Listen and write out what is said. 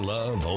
Love